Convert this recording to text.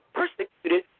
persecuted